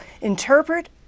interpret